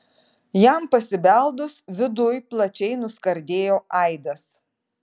jam pasibeldus viduj plačiai nuskardėjo aidas